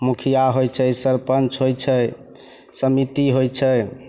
मुखिया होइ छै सरपञ्च होइ छै समिति होइ छै